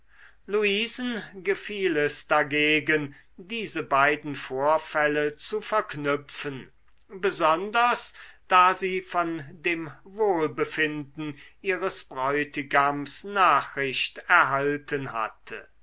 luisen gefiel es dagegen diese beiden vorfälle zu verknüpfen besonders da sie von dem wohlbefinden ihres bräutigams nachricht erhalten hatte